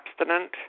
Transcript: abstinent